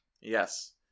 yes